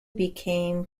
became